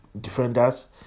defenders